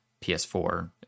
PS4